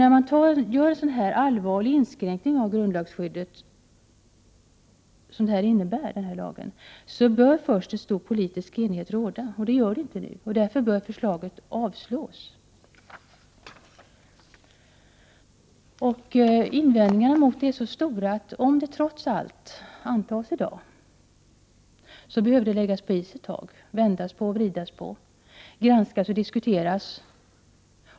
När man gör en sådan här allvarlig inskränkning av grundlagsskyddet som lagen innebär, bör det först råda stor politisk enighet, men det gör det inte nu. Därför bör förslaget avslås. Invändningarna mot förslaget är så stora, att om det trots allt antas i dag, behöver det läggas på is en tid, vändas och vridas på, granskas och diskuteras.